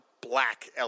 black